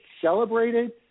celebrated